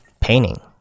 painting